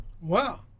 Wow